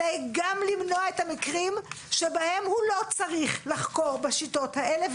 אלא היא גם למנוע את המקרים שבהם הוא לא צריך לחקור בשיטות האלה,